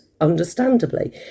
understandably